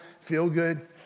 feel-good